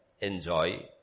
enjoy